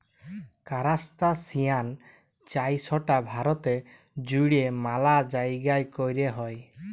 কারাস্তাসিয়ান চাইশটা ভারতে জুইড়ে ম্যালা জাইগাই কৈরা হই